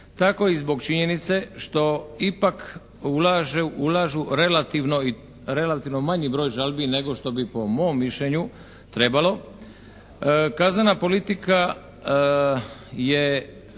tako i zbog činjenice što ipak ulažu relativno manji broj žalbi nego što bi po mom mišljenju trebalo. Kaznena politika je